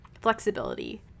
Flexibility